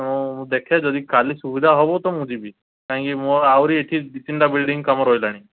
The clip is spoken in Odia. ହଁ ମୁଁ ଦେଖେ ଯଦି କାଲି ସୁବିଧା ହବ ତ ମୁଁ ଯିବି କାହିଁକି ମୋର ଆହୁରି ଏଠି ଦୁଇ ତିନିଟା ବିଲ୍ଡିଂ କାମ ରହିଲାଣି